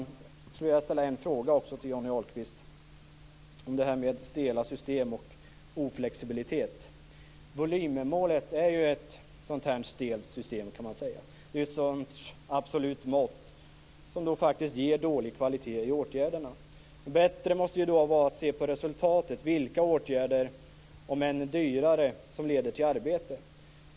Sedan skulle jag vilja ställa en fråga till Johnny Ahlqvist om detta med stela system och oflexibilitet. Volymmålet är ju ett sådant stelt system. Det är en sorts absolut mått som faktiskt ger dålig kvalitet i åtgärderna. Det måste vara bättre att se på resultatet, dvs. vilka åtgärder, om än dyrare, som leder till arbete.